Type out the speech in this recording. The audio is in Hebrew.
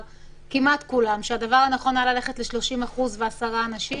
כמעט כולם חשבו שהדבר הנכון היה ללכת ל-30% ו-10 אנשים.